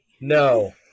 No